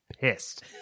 pissed